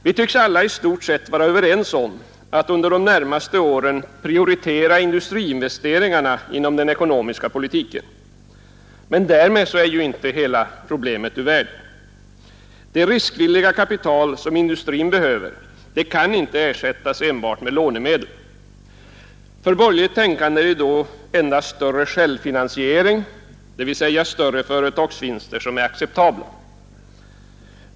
Vi tycks alla i stort sett vara överens om att under de närmaste åren prioritera industriinvesteringarna inom den ekonomiska politiken. Men därmed är ju inte hela problemet ur världen. Det riskvilliga kapitalet, som industrin behöver, kan inte ersättas enbart med lånemedel. För borgerligt tänkande är ju då endast större självfinansiering, dvs. större företagsvinster, acceptabel.